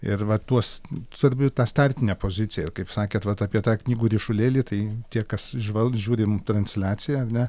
ir va tuos svarbiu startinė pozicija kaip sakėt vat apie tą knygų ryšulėlį tai tie kas žvalg žiūri transliaciją ne